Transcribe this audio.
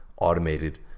automated